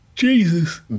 Jesus